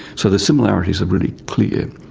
so the similarities are really clear.